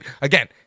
again